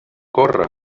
corre